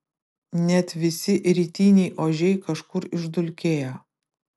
net visi rytiniai ožiai kažkur išdulkėjo